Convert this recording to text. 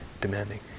demanding